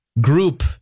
group